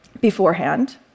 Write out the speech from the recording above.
beforehand